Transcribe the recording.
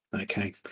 okay